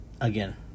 again